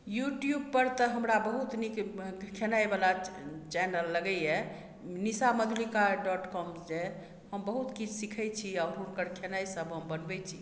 YouTube पर तऽ हमरा बहुत नीक खेनाइ वाला चैनल लगैया निशा मधुलिका डॉट कॉम जे एहि हम बहुत किछु सीखै छी आ हुनकर खेनाइ सब हम बनबै छी